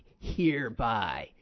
hereby